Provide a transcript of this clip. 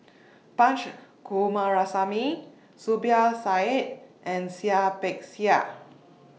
Punch Coomaraswamy Zubir Said and Seah Peck Seah